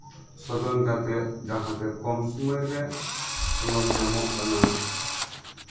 ᱱᱩᱛᱚᱱ ᱠᱟᱨᱛᱮ ᱡᱟᱸᱦᱟᱛᱮ ᱠᱚᱢ ᱥᱚᱢᱚᱭᱨᱮ ᱠᱚᱢ ᱧᱟᱢᱚᱜ ᱠᱟᱱᱟ